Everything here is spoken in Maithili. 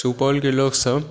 सुपौलके लोकसब